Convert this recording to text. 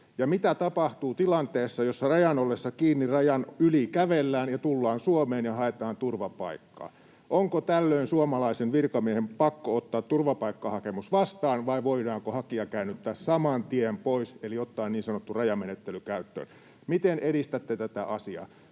mitä tapahtuu tilanteessa, jossa rajan ollessa kiinni rajan yli kävellään ja tullaan Suomeen ja haetaan turvapaikkaa? Onko tällöin suomalaisen virkamiehen pakko ottaa turvapaikkahakemus vastaan, vai voidaanko hakija käännyttää saman tien pois eli ottaa niin sanottu rajamenettely käyttöön? Miten edistätte tätä asiaa?